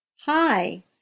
Hi